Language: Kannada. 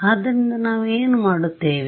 ಆದ್ದರಿಂದ ನಾವು ಏನು ಮಾಡುತ್ತೇವೆ